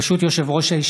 ירושלים,